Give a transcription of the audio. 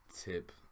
tip